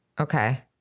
Okay